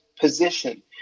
position